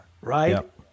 Right